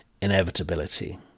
inevitability